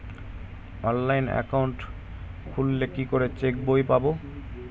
Online account খুললে কি করে চেক বই পাব?